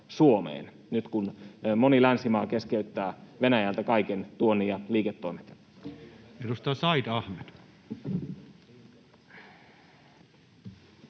nyt, kun moni länsimaa keskeyttää Venäjältä kaiken tuonnin ja liiketoimet? [Speech